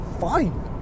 fine